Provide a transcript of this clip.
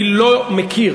אני לא מכיר